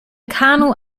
kanu